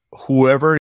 whoever